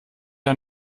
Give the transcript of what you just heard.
der